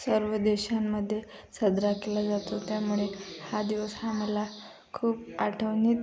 सर्व देशांमधे साजरा केला जातो त्यामुळे हा दिवस हा मला खूप आठवणीत